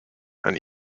and